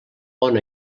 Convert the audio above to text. bon